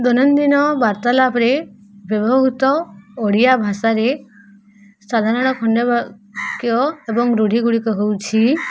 ଦୈନନ୍ଦିନ ବାର୍ତ୍ତାଲାପରେ ବ୍ୟବହୃତ ଓଡ଼ିଆ ଭାଷାରେ ସାଧାରଣ ଖଣ୍ଡବାକ୍ୟ ଏବଂ ରୂଢ଼ି ଗୁଡ଼ିକ ହେଉଛି